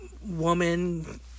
woman